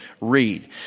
read